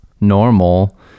normal